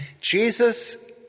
Jesus